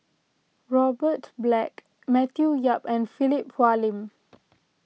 Robert Black Matthew Yap and Philip Hoalim